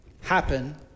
happen